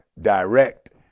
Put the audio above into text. direct